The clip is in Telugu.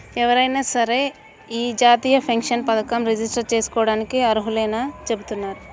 ఎవరైనా సరే యీ జాతీయ పెన్షన్ పథకంలో రిజిస్టర్ జేసుకోడానికి అర్హులేనని చెబుతున్నారు